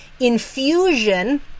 infusion